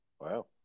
Wow